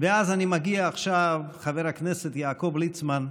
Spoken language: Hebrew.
ואז אני מגיע עכשיו, חבר הכנסת יעקב ליצמן,